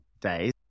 days